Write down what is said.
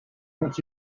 watch